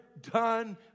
done